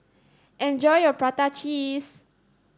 enjoy your Prata Cheese